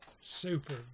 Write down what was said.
Super